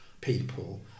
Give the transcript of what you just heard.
people